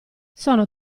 sono